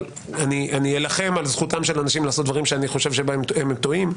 אבל אני אלחם על זכותם של אנשים לעשות דברים שאני חושב שבהם הם טועים.